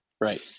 Right